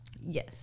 Yes